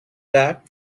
that